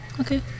okay